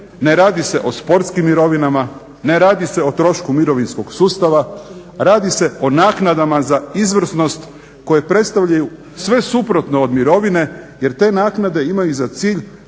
ne radi se o sportskim mirovinama, ne radi se o trošku mirovinskog sustava, radi se o naknadama za izvrsnost koje predstavljaju sve suprotno od mirovine jer te naknade imaju za cilj